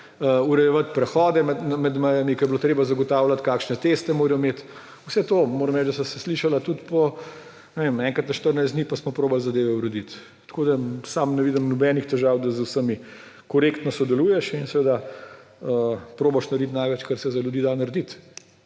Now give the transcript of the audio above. urejevati prehode med mejami, ko je bilo treba zagotavljati, kakšne teste morajo imeti. Vse to. Moram reči, da sva se slišala tudi, ne vem, enkrat na 14 dni pa smo probali zadeve urediti. Sam ne vidim nobenih težav, da z vsemi korektno sodeluješ in seveda probaš narediti največ, kar se za ljudi da narediti.